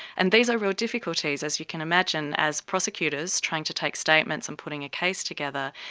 and these are real difficulties, as you can imagine. as prosecutors, trying to take statements and putting a case together,